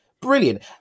brilliant